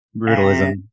Brutalism